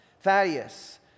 Thaddeus